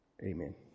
amen